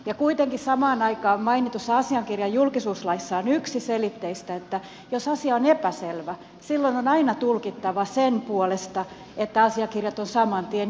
ja kuitenkin samaan aikaan mainitussa asiakirjan julkisuuslaissa on yksiselitteistä että jos asia on epäselvä silloin on aina tulkittava sen puolesta että asiakirjat on saman tien julkistettava